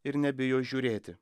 ir nebijo žiūrėti